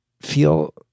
feel